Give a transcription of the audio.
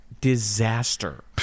Disaster